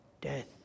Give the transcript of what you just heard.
death